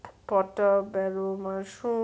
portobello mushroom